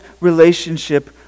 relationship